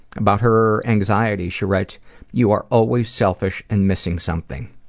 about her anxiety she writes you are always selfish and missing something.